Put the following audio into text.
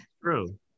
true